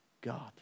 God